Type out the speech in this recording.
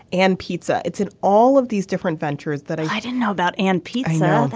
and pizza. it's in all of these different ventures that i didn't know about and pizza.